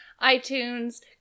iTunes